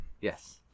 Yes